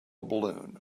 balloon